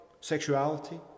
sexuality